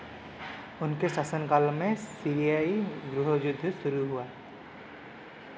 उनके शासनकाल में सीरियाई गृह युद्ध शुरू हुआ